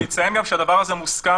גם של חולים מאומתים שמגיעים לבתי המשפט,